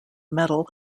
medal